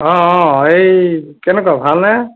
অঁ অঁ এই কেনেকুৱা ভালনে